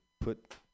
put